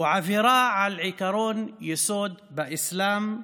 ועבירה על עקרון יסוד באסלאם: